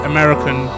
American